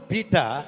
Peter